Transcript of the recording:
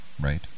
Right